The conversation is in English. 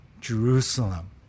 Jerusalem